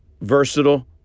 versatile